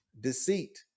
deceit